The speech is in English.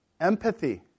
empathy